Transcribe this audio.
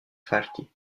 farti